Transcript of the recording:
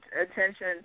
attention